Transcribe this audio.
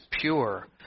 pure